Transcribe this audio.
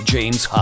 James